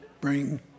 bring